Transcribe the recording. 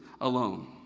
alone